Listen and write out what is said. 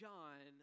John